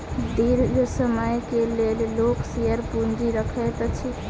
दीर्घ समय के लेल लोक शेयर पूंजी रखैत अछि